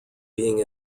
being